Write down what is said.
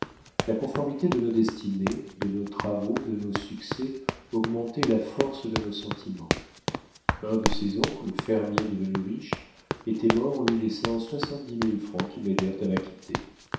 la conformité de nos destinées de nos travaux de nos succès augmentait la force de nos sentiments un de ses oncles fermier devenu riche était mort en lui laissant soixante-dix mille francs qui m'aidèrent à m'acquitter